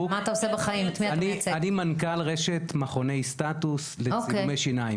אני מנכ"ל רשת מכוני סטטוס לצילומי שיניים.